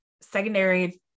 secondary